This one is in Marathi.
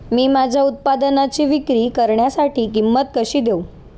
मी माझ्या उत्पादनाची विक्री करण्यासाठी किंमत कशी देऊ?